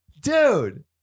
dude